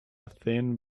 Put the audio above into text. thin